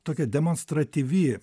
tokia demonstratyvi